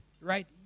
right